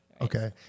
Okay